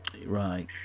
Right